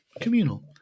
communal